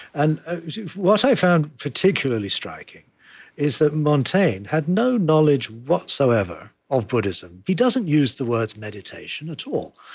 and what i found particularly striking is that montaigne had no knowledge whatsoever of buddhism. he doesn't use the word meditation at all.